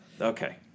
Okay